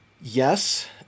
Yes